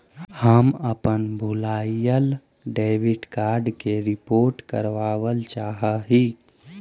हम अपन भूलायल डेबिट कार्ड के रिपोर्ट करावल चाह ही